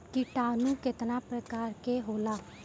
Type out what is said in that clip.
किटानु केतना प्रकार के होला?